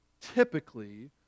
typically